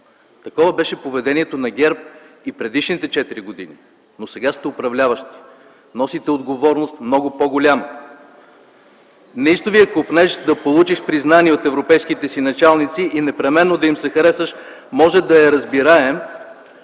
Такова беше поведението на ГЕРБ и предишните четири години, но сега сте управляващи, носите много по-голяма отговорност. Неистовият копнеж да получиш признание от европейските си началници и непременно да им се харесаш, може да е разбираем,